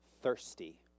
thirsty